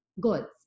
goods